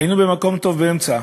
היינו במקום טוב באמצע.